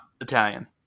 Italian